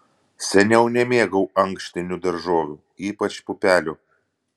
seniau nemėgau ankštinių daržovių ypač pupelių